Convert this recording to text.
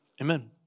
Amen